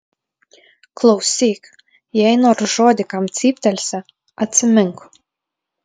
klausyk jei nors žodį kam cyptelsi atsimink